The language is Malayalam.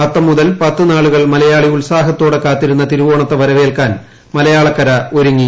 അത്തം മുതൽ പത്ത് നാളുകൾ മലയാളി ഉത്സാഹത്തോടെ കാത്തിരുന്ന തിരുവോണത്തെ വരവേൽക്കാൻ മലയാളക്കര ഒരുങ്ങി